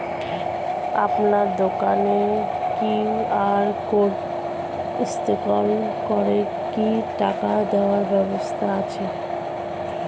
আপনার দোকানে Q R code scan করে কি টাকা দেওয়ার ব্যবস্থা আছে?